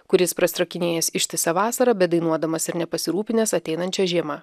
kuris prastrakinęs ištisą vasarą bedainuodamas ir nepasirūpinęs ateinančia žiema